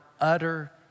utter